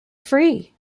free